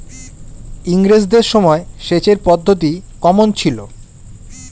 ইঙরেজদের সময় সেচের পদ্ধতি কমন ছিল?